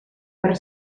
per